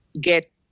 get